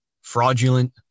fraudulent